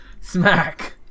smack